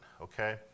okay